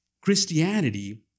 Christianity